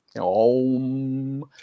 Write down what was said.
OM